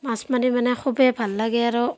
মাছ মাৰি মানে খুবেই ভাল লাগে আৰু